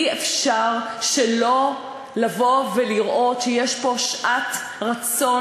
אי-אפשר שלא לבוא ולראות שיש פה שעת רצון